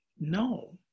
No